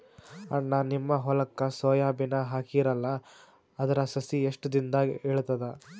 ಅಣ್ಣಾ, ನಿಮ್ಮ ಹೊಲಕ್ಕ ಸೋಯ ಬೀನ ಹಾಕೀರಲಾ, ಅದರ ಸಸಿ ಎಷ್ಟ ದಿಂದಾಗ ಏಳತದ?